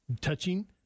touching